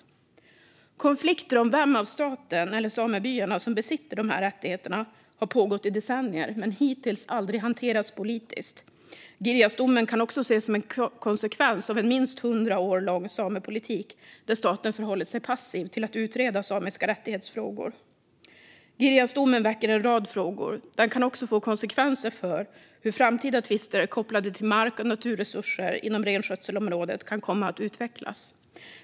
Konflikter om vem - staten eller samebyarna - som besitter dessa rättigheter har pågått i decennier men har hittills aldrig hanterats politiskt. Girjasdomen kan också ses som en konsekvens av en minst hundra år lång samepolitik, där staten förhållit sig passiv till att utreda samiska rättighetsfrågor. Girjasdomen väcker en rad frågor. Den kan också få konsekvenser för hur framtida tvister kopplade till mark och naturresurser inom renskötselområdet kan komma att utvecklas.